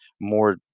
more